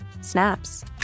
snaps